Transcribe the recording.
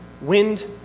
wind